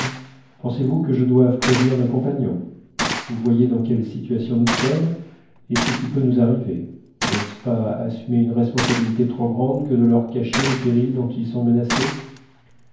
pensez-vous que je doive prévenir nos compagnons vous voyez dans quelle situation nous sommes et ce qui peut nous arriver n'est-ce pas assumer une responsabilité trop grande que de leur cacher les périls dont ils sont menacés